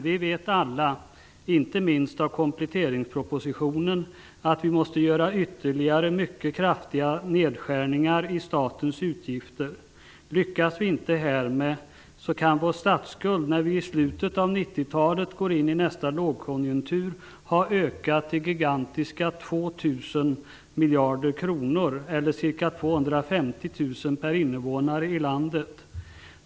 Vi vet alla -- inte minst av kompletteringspropositionen -- att vi måste göra ytterligare mycket kraftiga nedskärningar i statens utgifter. Lyckas vi inte härmed kan vår statsskuld, när vi i slutet av 90-talet går in i nästa lågkonjunktur, ha ökat till gigantiska 2 000 miljarder kronor, eller ca 250 000 per invånare i landet.